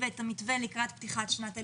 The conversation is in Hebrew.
ואת המתווה לקראת פתיחת שנת הלימודים.